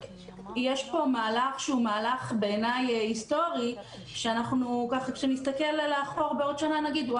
יש פה מהלך שהוא מהלך בעיניי היסטורי שכשנסתכל לאחור בעוד שנה נגיד,